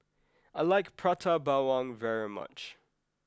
I like Prata Bawang very much